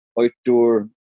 outdoor